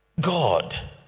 God